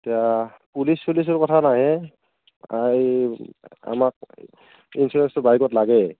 এতিয়া পুলিচ চুলিচৰ কথা নাহে এই আমাক ইঞ্চুৰেঞ্চতো বাহিৰত লাগে